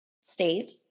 state